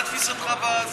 מה תפיסתך?